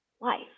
life